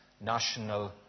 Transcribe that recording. national